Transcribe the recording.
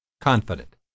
confident